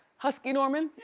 husky norman?